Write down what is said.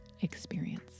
experience